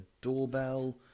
doorbell